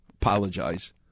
Apologize